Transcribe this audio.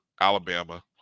Alabama